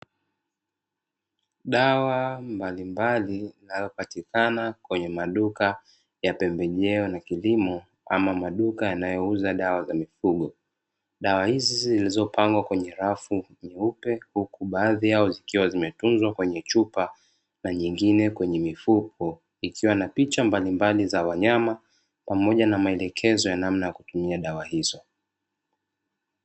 Dawa mbalimbali inayopatikana kwenye maduka ya pembejeo na kilimo ama maduka yanayouza dawa za mifugo, dawa hizi zilizopangwa kwenye rafu nyeupe huku baadhi yao zikiwa zimetunzwa kwenye chupa na nyingine kwenye mifuko, ikiwa na picha mbalimbali za wanyama pamoja na maelekezo ya namna ya kutumia dawa hizo.